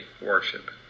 worship